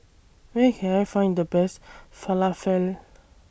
Where Can I Find The Best Falafel